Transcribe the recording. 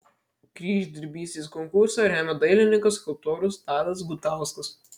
kryždirbystės konkursą remia dailininkas skulptorius tadas gutauskas